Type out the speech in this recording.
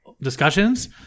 discussions